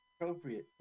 Appropriate